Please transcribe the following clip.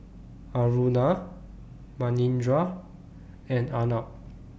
Aruna Manindra and Arnab